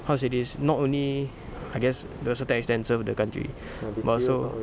how to say this not only I guess to a certain extent serve the country but also